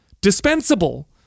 dispensable